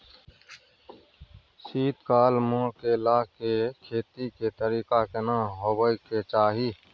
शीत काल म केला के खेती के तरीका केना होबय के चाही?